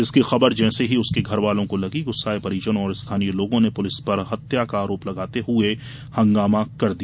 इसकी खबर जैसे ही उसके घर वालों को लगी गुस्साये परिजनों और स्थानीय लोगों ने पुलिस पर हत्या का आरोप लगाते हुए हंगामा किया